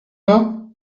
pas